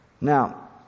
Now